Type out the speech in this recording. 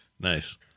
Nice